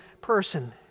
person